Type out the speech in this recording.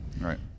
Right